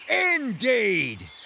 Indeed